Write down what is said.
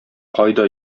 кайда